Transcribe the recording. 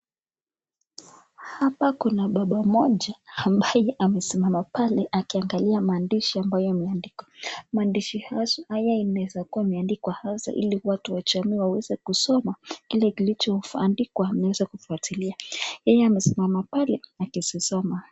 Hapa kuna baba moja ambaye amesimama pale akiangalia mandishi ambaye yameandikwa mandishi haya inaweza kuwa inandikwa hasa hili watu wachanue ama waweze kusoma Kili kilicho andikwa inaweza kufuatilia yeye amesimama pale akisisoma.